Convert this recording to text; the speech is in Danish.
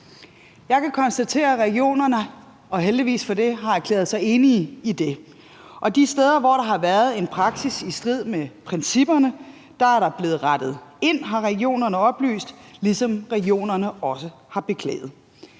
Jeg kan konstatere, at regionerne – og heldigvis for det – har erklæret sig enige i det. Og de steder, hvor der har været en praksis i strid med principperne, er der blevet rettet ind, har regionerne oplyst, ligesom regionerne også har beklaget